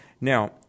Now